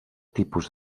tipus